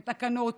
בתקנות,